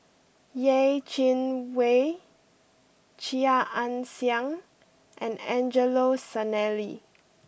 Yeh Chi Wei Chia Ann Siang and Angelo Sanelli